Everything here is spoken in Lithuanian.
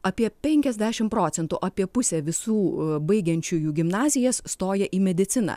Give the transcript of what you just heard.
apie penkiasdešim procentų apie pusę visų baigiančiųjų gimnazijas stoja į mediciną